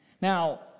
Now